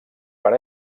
per